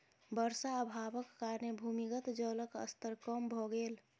वर्षा अभावक कारणेँ भूमिगत जलक स्तर कम भ गेल